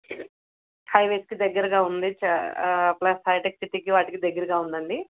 హైవేస్కి దగ్గరగా ఉంది చ ప్లస్ హైటెక్ సిటీకి వాటికి దగ్గరగా ఉందండి